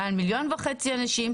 מעל מיליון וחצי אנשים,